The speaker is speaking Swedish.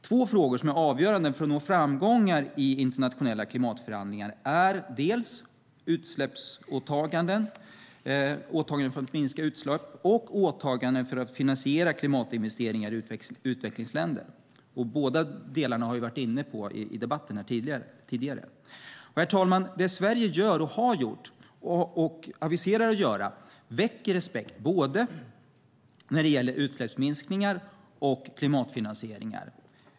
Två frågor som är avgörande för att nå framgångar i internationella klimatförhandlingar är dels åtaganden för att minska utsläpp, dels åtaganden för att finansiera klimatinvesteringar i utvecklingsländer. Båda delarna har vi varit inne på i debatten tidigare. Herr talman! Det Sverige gör, har gjort och aviserar att göra väcker respekt, både när det gäller utsläppsminskningar och när det gäller klimatfinansieringar.